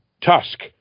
Tusk